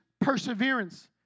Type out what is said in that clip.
perseverance